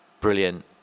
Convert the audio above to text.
brilliant